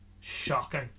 shocking